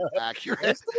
accurate